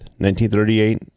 1938